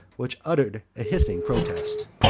which uttered a hissing protest.